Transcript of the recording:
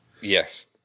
yes